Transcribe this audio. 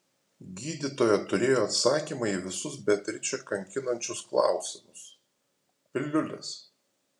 gydytoja turėjo atsakymą į visus beatričę kankinančius klausimus piliulės